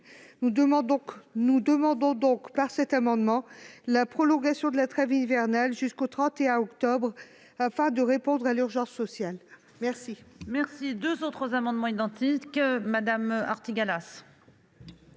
Nous demandons donc par cet amendement la prolongation de la trêve hivernale jusqu'au 31 octobre prochain, afin de répondre à l'urgence sociale. Les